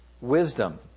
Wisdom